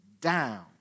down